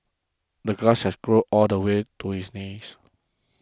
the grass had grown all the way to his knees